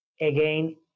again